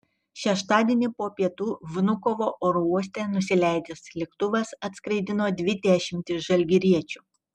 šeštadienį po pietų vnukovo oro uoste nusileidęs lėktuvas atskraidino dvi dešimtis žalgiriečių